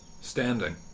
standing